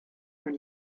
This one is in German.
man